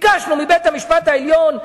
ביקשנו מבית-המשפט העליון,